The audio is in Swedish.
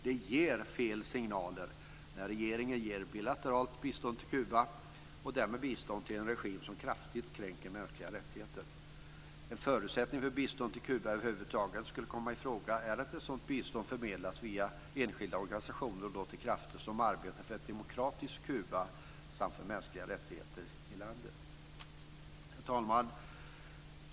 Det ger fel signaler när regeringen ger bilateralt bistånd till Kuba och därmed bistånd till en regim som kraftigt kränker mänskliga rättigheter. En förutsättning för att bistånd till Kuba över huvud taget ska komma i fråga är att sådant bistånd förmedlas via enskilda organisationer och då till krafter som arbetar för ett demokratiskt Kuba samt för mänskliga rättigheter i landet. Herr talman!